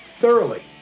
thoroughly